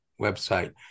website